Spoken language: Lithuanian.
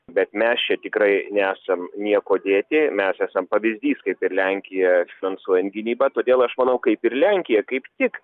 bet mes čia tikrai nesam niekuo dėti mes esam pavyzdys kaip ir lenkija finansuojant gynybą todėl aš manau kaip ir lenkija kaip tik